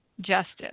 justice